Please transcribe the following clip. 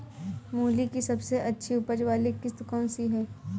मूली की सबसे अच्छी उपज वाली किश्त कौन सी है?